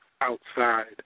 outside